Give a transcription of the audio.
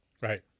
right